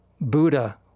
Buddha